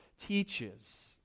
teaches